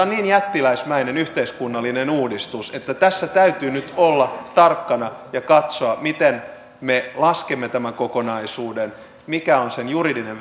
niin jättiläismäinen yhteiskunnallinen uudistus että tässä täytyy nyt olla tarkkana ja katsoa miten me laskemme tämän kokonaisuuden mikä on sen juridinen